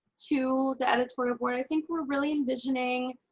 to the editorial board, i think we're really envisioning